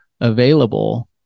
Available